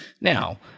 Now